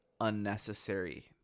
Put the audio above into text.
unnecessary